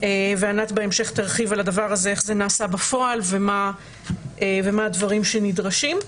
וענת בהמשך תרחיב על זה איך זה נעשה בפועל ומה הדברים שנדרשים.